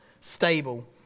stable